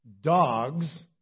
dogs